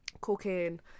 cocaine